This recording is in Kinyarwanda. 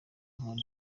nkora